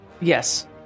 Yes